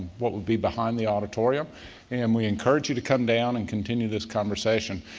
what would be behind the auditorium and we encourage you to come down and continue this conversation.